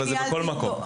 זה בכל המקומות.